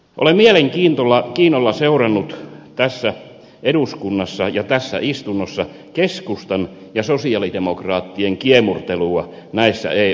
olen mielenkiinnolla seurannut tässä eduskunnassa ja tässä istunnossa keskustan ja sosialidemokraattien kiemurtelua näissä eu asioissa